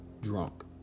drunk